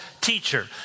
teacher